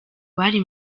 bari